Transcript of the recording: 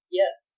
yes